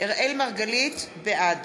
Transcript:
בעד